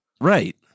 Right